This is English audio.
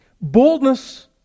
boldness